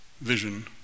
vision